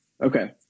Okay